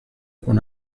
con